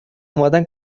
اومدن